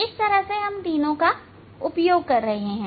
इस तरह हम इन तीनों का उपयोग कर रहे हैं